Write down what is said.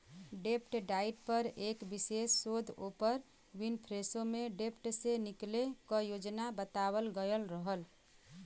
डेब्ट डाइट पर एक विशेष शोध ओपर विनफ्रेशो में डेब्ट से निकले क योजना बतावल गयल रहल